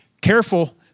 careful